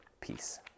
peace